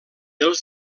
els